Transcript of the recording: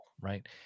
right